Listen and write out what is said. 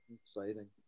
exciting